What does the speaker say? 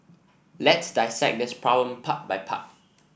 let's dissect this problem part by part